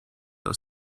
aus